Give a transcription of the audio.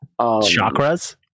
chakras